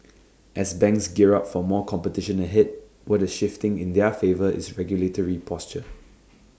as banks gear up for more competition ahead what the shifting in their favour is regulatory posture